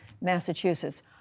Massachusetts